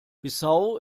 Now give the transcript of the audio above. bissau